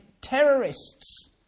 terrorists